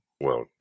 Well